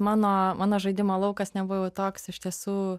mano mano žaidimo laukas nebuvo toks iš tiesų